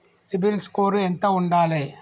CIBIL score ఎంత ఉండాలే?